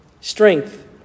Strength